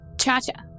Cha-cha